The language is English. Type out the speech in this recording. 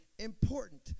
Important